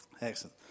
excellent